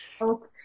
Okay